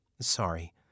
Sorry